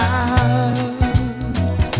out